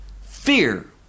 fear